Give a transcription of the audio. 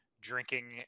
drinking